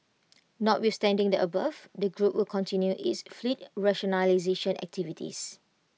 notwithstanding the above the group will continue its fleet rationalisation activities